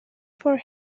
for